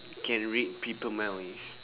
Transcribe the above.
can read people mind waves